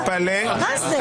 מה זה?